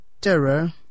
terror